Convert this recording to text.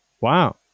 wow